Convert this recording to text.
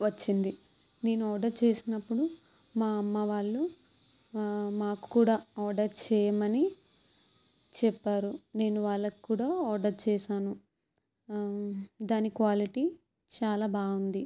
వచ్చింది నేను ఆర్డర్ చేసినప్పుడు వాళ్ళు కూడా ఆర్డర్ చేయమని చెప్పారు నేను వాళ్లకు కూడా ఆర్డర్ చేశాను దాని క్వాలిటీ చాలా బాగుంది